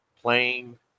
playing